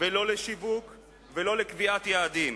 ולא על שיווק ולא על קביעת יעדים.